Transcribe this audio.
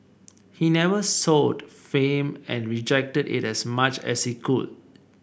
he never sought fame and rejected it as much as he could